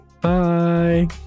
Bye